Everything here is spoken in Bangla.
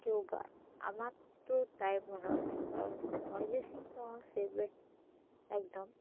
কেউ গান আমার তো তাই মনে হয় কারণ অরিজিৎ সিং তো আমার ফেভারিট একদম